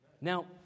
Now